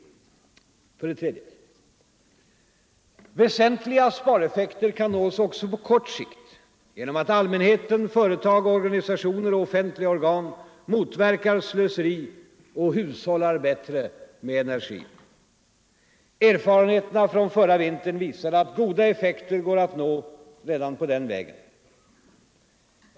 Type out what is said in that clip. För det tredje: Väsentliga spareffekter kan nås också på kort sikt genom att allmänheten, företag, organisationer och offentliga organ motverkar slöseri och hushållar bättre med energin. Erfarenheterna från förra vintern visade att goda effekter går att nå redan på den vägen.